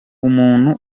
umuntu